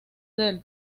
del